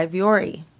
Viore